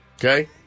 okay